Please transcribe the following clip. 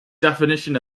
definition